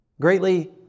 greatly